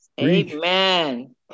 Amen